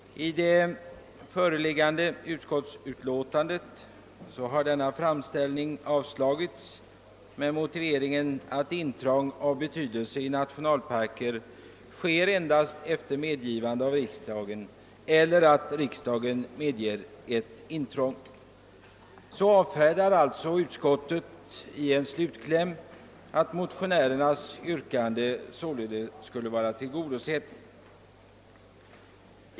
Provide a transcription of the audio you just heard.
I det föreliggande utskottsutlåtandet har denna framställning avstyrkts med motiveringen att intrång av betydelse i nationalparker sker endast efter medgivande av riksdagen eller riksdagens bemyndigande till Kungl. Maj:t att medge intrånget. Så avfärdar utskottet i en slutkläm det hela med att motionärernas yrkande således skulle vara tillgodosett.